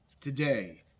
today